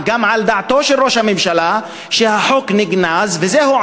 על דעתו של ראש הממשלה שהחוק נגנז וזהו,